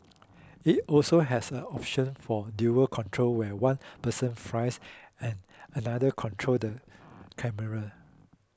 it also has an option for dual control where one person flies and another control the camera